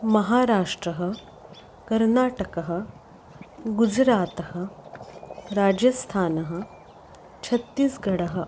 महाराष्ट्रः कर्नाटकः गुजरातः राजस्थानः छत्तीस्गडः